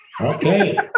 Okay